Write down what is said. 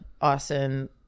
Austin